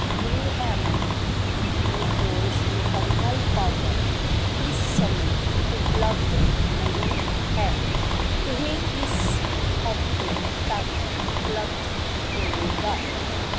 blue haven ਨਿਰਦੋਸ਼ ਮੁਕੰਮਲ powder ਇਸ ਸਮੇਂ ਉਪਲਬਧ ਨਹੀਂ ਹੈ ਇਹ ਇਸ ਹਫ਼ਤੇ ਤੱਕ ਉਪਲਬਧ ਹੋਵੇਗਾ